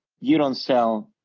you don't sell